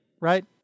right